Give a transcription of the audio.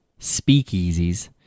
Speakeasies